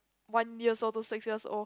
one years old to six years old